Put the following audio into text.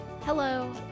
Hello